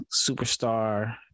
superstar